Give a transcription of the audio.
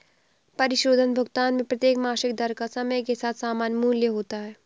परिशोधन भुगतान में प्रत्येक मासिक दर का समय के साथ समान मूल्य होता है